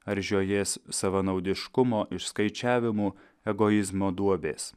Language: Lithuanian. ar žiojės savanaudiškumo išskaičiavimų egoizmo duobės